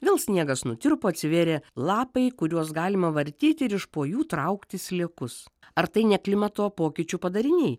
vėl sniegas nutirpo atsivėrė lapai kuriuos galima vartyti ir iš po jų traukti sliekus ar tai ne klimato pokyčių padariniai